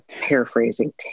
paraphrasing